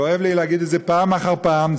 וכואב לי להגיד את זה פעם אחר פעם,